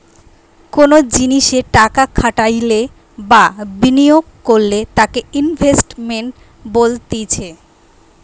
কোনো জিনিসে টাকা খাটাইলে বা বিনিয়োগ করলে তাকে ইনভেস্টমেন্ট বলতিছে